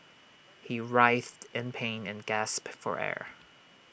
he writhed in pain and gasped for air